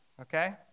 okay